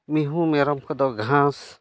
ᱢᱤᱦᱩ ᱢᱮᱨᱚᱢ ᱠᱚᱫᱚ ᱜᱷᱟᱸᱥ